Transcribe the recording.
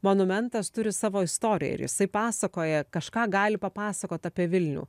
monumentas turi savo istoriją ir jisai pasakoja kažką gali papasakot apie vilnių